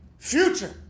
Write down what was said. future